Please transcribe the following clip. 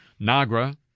NAGRA